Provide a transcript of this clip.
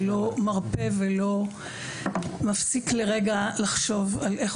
שלא מרפה ולא מפסיק לרגע לחשוב על איך